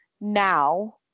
now